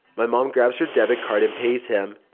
my mom grabs her debit card and pays him,